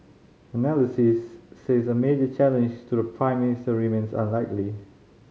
analysts says a major challenge to the Prime Minister remains unlikely